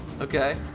Okay